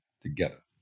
together